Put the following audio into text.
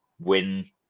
win